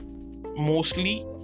mostly